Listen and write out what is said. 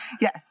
Yes